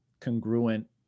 congruent